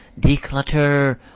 Declutter